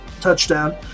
Touchdown